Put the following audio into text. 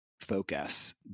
focus